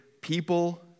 people